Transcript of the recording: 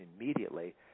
immediately